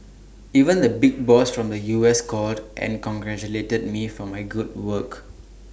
even the big boss from the U S called and congratulated me for my good work